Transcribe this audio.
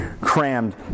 crammed